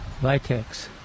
vitex